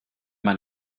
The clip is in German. man